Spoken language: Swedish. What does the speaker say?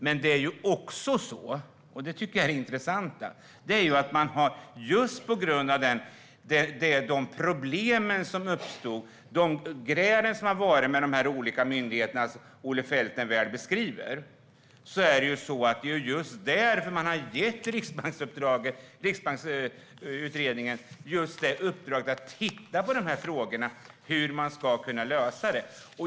Men det intressanta är att man, just på grund av de problem som uppstod och de gräl som har varit mellan de olika myndigheterna, har gett Riksbanksutredningen i uppdrag att titta på dessa frågor för att se hur man ska kunna lösa dem.